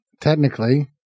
technically